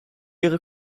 ihre